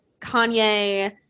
kanye